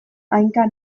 hanka